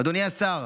אדוני השר,